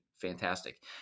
fantastic